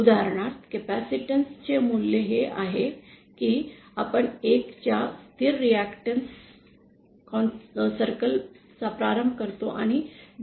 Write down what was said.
उदाहरणार्थ कॅपेसिटन्स चे मूल्य हे आहे की आपण १ च्या स्थिर रिएक्टन्स वर्तुळापासून प्रारंभ करतो आणि 0